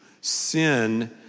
Sin